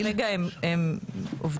כרגע הן עדיין עובדות?